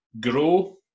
grow